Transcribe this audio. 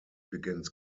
begins